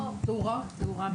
מדיני